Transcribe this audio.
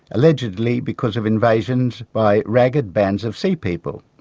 allegedly because of invasions by ragged bands of sea people.